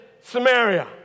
Samaria